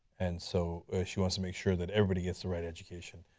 and so she wants to make sure that everybody gets the right education.